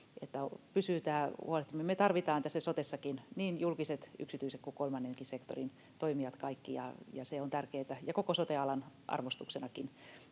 että pystytään huolehtimaan... Me tarvitaan tässä sotessakin niin julkiset, yksityiset kuin kolmannenkin sektorin toimijat, kaikki, ja tämä kysymys on tärkeä koko sote-alan arvostuksellekin.